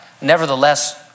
Nevertheless